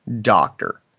doctor